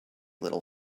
little